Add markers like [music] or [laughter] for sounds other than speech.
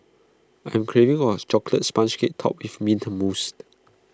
I am craving or A [noise] Chocolate Sponge Cake Topped with Mint Mousse